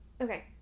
Okay